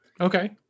Okay